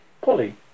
Polly